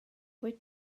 wyt